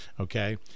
okay